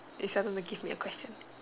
is her going to give a question